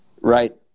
Right